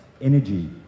energy